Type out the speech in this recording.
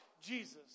Jesus